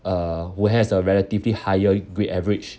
uh who has a relatively higher grade average